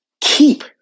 Keep